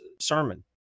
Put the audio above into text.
sermon